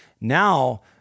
Now